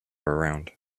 around